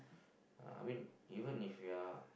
uh I mean even if you are